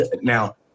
now